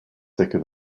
thicker